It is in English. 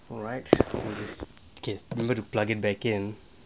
alright we'll just keep little plug it back in